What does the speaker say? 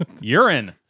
urine